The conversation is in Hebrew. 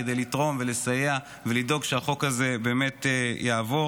כדי לתרום ולסייע ולדאוג שהחוק הזה באמת יעבור,